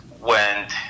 went